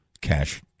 cash